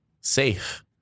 safe